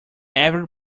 every